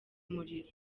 umuriro